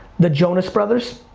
the jonas brothers.